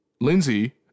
Lindsey